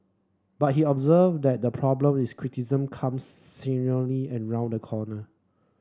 but he observed that the problem is criticism comes and round the corner